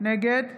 נגד